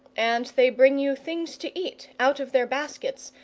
and they bring you things to eat out of their baskets,